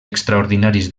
extraordinaris